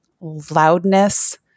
loudness